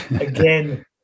Again